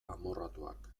amorratuak